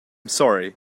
sorry